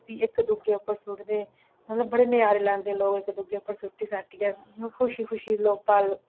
फ्ही इक दुए उप्पर सुट्टदे मतलब बड़े नजारे लैंदे लोक इक दुए उप्पर सुट्टी साटियै खुशी खुशी लोक पल